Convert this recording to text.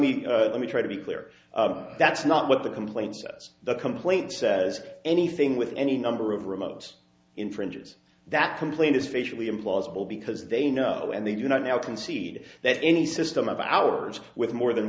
me let me try to be clear that's not what the complaint says the complaint says anything with any number of remotes infringes that complaint is facially implausible because they know and they do not now concede that any system of ours with more than